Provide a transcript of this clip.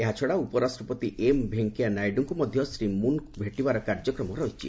ଏହାଛଡ଼ା ଉପରାଷ୍ଟ୍ରପତି ଏମ୍ଭେଙ୍କେୟାନାଇଡୁ ମଧ୍ୟ ଶ୍ରୀ ମୁନ୍ଙ୍କୁ ଭେଟିବାର କାର୍ଯ୍ୟକ୍ରମ ରହିଛି